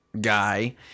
guy